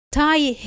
tie